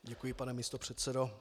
Děkuji, pane místopředsedo.